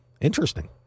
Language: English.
Interesting